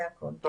זה הכול.